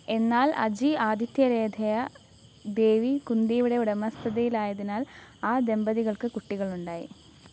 എന്നാൽ അജി ആദിത്യരേധയ ദേവി കുന്തിയുടെ ഉടമസ്ഥതയിലായതിനാൽ ആ ദമ്പതികൾക്ക് കുട്ടികളുണ്ടായി